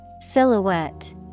Silhouette